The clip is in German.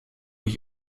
ich